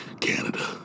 Canada